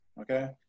okay